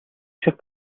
шиг